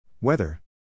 Weather